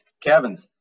Kevin